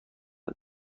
ایم